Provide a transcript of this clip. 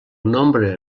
nombre